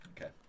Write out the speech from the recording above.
Okay